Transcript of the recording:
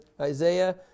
Isaiah